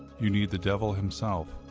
you need the devil himself,